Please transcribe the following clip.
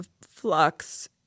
flux